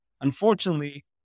unfortunately